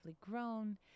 grown